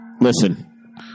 Listen